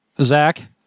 Zach